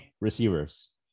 receivers